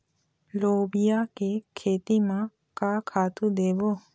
लोबिया के खेती म का खातू देबो?